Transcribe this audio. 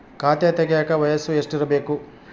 ಖಾತೆ ತೆಗೆಯಕ ವಯಸ್ಸು ಎಷ್ಟಿರಬೇಕು?